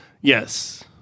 Yes